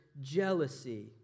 jealousy